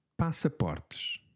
passaportes